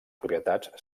propietats